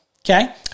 Okay